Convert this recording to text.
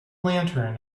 lantern